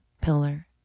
pillar